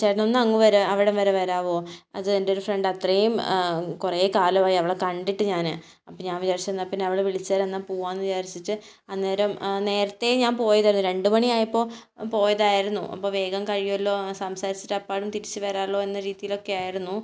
ചേട്ടൻ ഒന്ന് അങ്ങ് വരെ അവിടം വരെ വരാമോ അത് എൻ്റെ ഒരു ഫ്രണ്ട് അത്രയും കുറേ കാലമായി അവളെ കണ്ടിട്ട് ഞാൻ അപ്പം ഞാൻ വിചാരിച്ചു എന്നാൽ പിന്നെ അവളെ വിളിച്ചാൽ എന്നാൽ പോകാം എന്ന് വിചാരിച്ചിട്ട് അന്നേരം നേരത്തെ ഞാൻ പോയതായിരുന്നു രണ്ട് മണിയായപ്പോൾ പോയതായിരുന്നു അപ്പം വേഗം കഴിയുമല്ലോ എന്ന് സംസാരിച്ചിട്ട് അപ്പാടെ തിരിച്ച് വരാമല്ലോ എന്ന രീതിയിലൊക്കെ ആയിരുന്നു